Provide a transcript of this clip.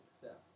success